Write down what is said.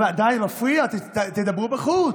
די, זה מפריע, תדברו בחוץ.